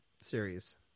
series